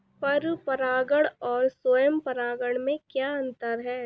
पर परागण और स्वयं परागण में क्या अंतर है?